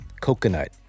coconut